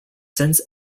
since